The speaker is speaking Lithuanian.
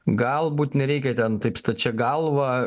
galbūt nereikia ten taip stačia galva